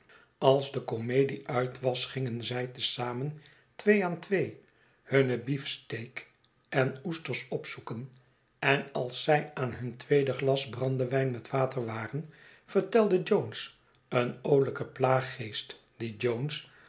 als de komedie uit was gingen zij tezam en twee aan twee hunne beefsteak en oesters opzoeken en als zij aan hun tweede glasbrandewijn met water waren vertelde jones een oolijke plaaggeest die jones